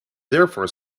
therefore